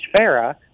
Farah